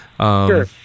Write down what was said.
Sure